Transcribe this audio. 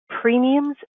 premiums